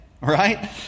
right